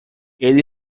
ele